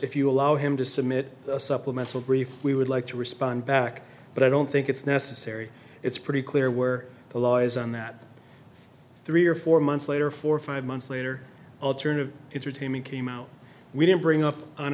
if you allow him to submit a supplemental brief we would like to respond back but i don't think it's necessary it's pretty clear where the law is on that three or four months later four or five months later alternative intertainment came out we didn't bring up on